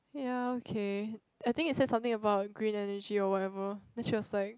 ya okay I think it said something about green energy or whatever then she was like